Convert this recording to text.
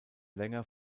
länger